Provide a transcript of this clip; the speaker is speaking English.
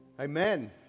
Amen